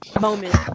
moment